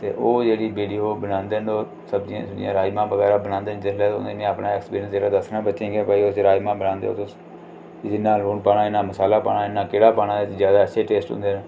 ते ओह जेह्ड़ी विडियो बनांदे न सब्जियां सुब्जियां राजमां बगैरा बनांदे जेल्लै में अपना ऐक्स्पेरिन्स जेह्ड़ा दस्सना बच्चें गी भई तुस जेल्लै राजमां बनांदे ओ तुस इन्ना लून पाना इन्ना मसाला पाना इन्ना केह्ड़ा पाना ज्यादा अच्छे टेस्ट औंदे न